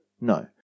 No